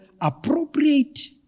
appropriate